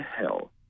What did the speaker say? hell